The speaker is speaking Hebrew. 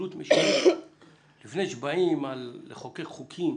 לפני שבאים לחוקק חוקים